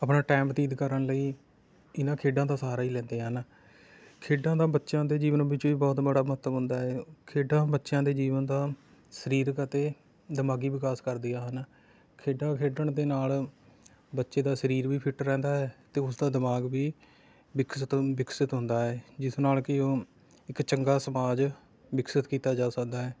ਆਪਣਾ ਟਾਈਮ ਬਤੀਤ ਕਰਨ ਲਈ ਇਹਨਾਂ ਖੇਡਾਂ ਦਾ ਸਹਾਰਾ ਹੀ ਲੈਂਦੇ ਹਨ ਖੇਡਾਂ ਦਾ ਬੱਚਿਆਂ ਦੇ ਜੀਵਨ ਵਿੱਚ ਵੀ ਬਹੁਤ ਬੜਾ ਮਹੱਤਵ ਹੁੰਦਾ ਹੈ ਖੇਡਾਂ ਬੱਚਿਆਂ ਦੇ ਜੀਵਨ ਦਾ ਸਰੀਰਕ ਅਤੇ ਦਿਮਾਗੀ ਵਿਕਾਸ ਕਰਦੀਆਂ ਹਨ ਖੇਡਾਂ ਖੇਡਣ ਦੇ ਨਾਲ ਬੱਚੇ ਦਾ ਸਰੀਰ ਵੀ ਫਿੱਟ ਰਹਿੰਦਾ ਹੈ ਅਤੇ ਉਸ ਦਾ ਦਿਮਾਗ ਵੀ ਵਿਕਸਿਤ ਹੂੰ ਵਿਕਸਿਤ ਹੁੰਦਾ ਹੈ ਜਿਸ ਨਾਲ ਕਿ ਉਹ ਇੱਕ ਚੰਗਾ ਸਮਾਜ ਵਿਕਸਿਤ ਕੀਤਾ ਜਾ ਸਕਦਾ ਹੈ